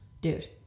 Dude